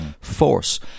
force